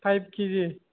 five किजि